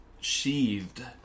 sheathed